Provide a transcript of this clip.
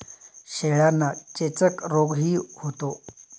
शेळ्यांना चेचक रोगही होतो